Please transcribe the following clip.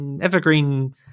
evergreen